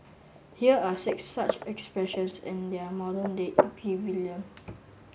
here are six such expressions and their modern day equivalent